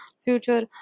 future